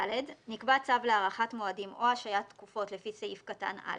(ד)נקבע צו להארכת מועדים או השהיית תקופות לפי סעיף קטן (א)